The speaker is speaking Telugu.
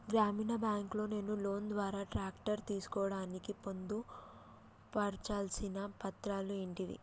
గ్రామీణ బ్యాంక్ లో నేను లోన్ ద్వారా ట్రాక్టర్ తీసుకోవడానికి పొందు పర్చాల్సిన పత్రాలు ఏంటివి?